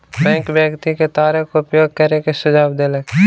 bank व्यक्ति के तारक उपयोग करै के सुझाव देलक